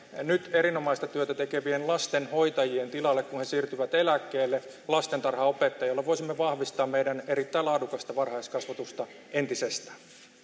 nyt erinomaista työtä tekevien lastenhoitajien tilalle kun he siirtyvät eläkkeelle lastentarhanopettajia jolloin voisimme vahvistaa meidän erittäin laadukasta varhaiskasvatustamme entisestään